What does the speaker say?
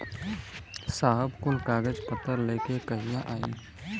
साहब कुल कागज पतर लेके कहिया आई?